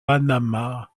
panama